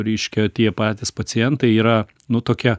reiškia tie patys pacientai yra nu tokie